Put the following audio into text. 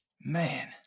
Man